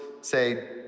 say